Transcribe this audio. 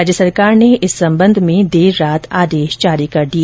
राज्य सरकार ने इस संबंध में देर रात आदेश जारी कर दिए